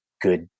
good